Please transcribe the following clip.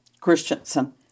Christensen